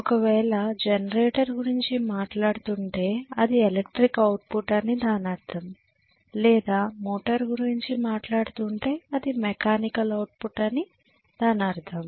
ఒకవేళ జనరేటర్ గురించి మాట్లాడుతుంటే అది ఎలక్ట్రిక్ అవుట్పుట్ అని దాని అర్థం లేదా మోటార్ గురించి మాట్లాడుతుంటే అది మెకానికల్ అవుట్పుట్ అని దానర్థం